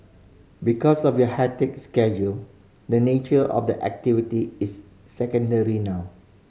because of your hectic schedule the nature of the activity is secondary now